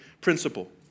principle